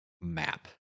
map